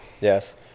Yes